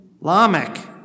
Lamech